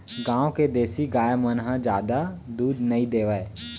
गॉँव के देसी गाय मन ह जादा दूद नइ देवय